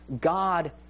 God